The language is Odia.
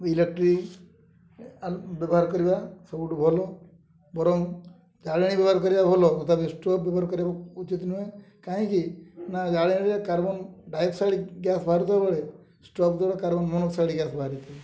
ଇଲେକ୍ଟ୍ରିକ୍ ବ୍ୟବହାର କରିବା ସବୁଠୁ ଭଲ ବରଂ ଜାଳେଣି ବ୍ୟବହାର କରିବା ଭଲ ତଥାପି ଷ୍ଟୋଭ୍ ବ୍ୟବହାର କରିବା ଉଚିତ ନୁହେଁ କାହିଁକି ନା ଜାଳେଣିରେ କାର୍ବନ ଡାଇଅକ୍ସାଇଡ଼ ଗ୍ୟାସ୍ ବାହାରୁଥିବା ଷ୍ଟୋଭ୍ ଦ୍ୱାରା କାର୍ବନ ମୋନକ୍ସାଇଡ଼ ଗ୍ୟାସ୍ ବାହାରିଥାଏ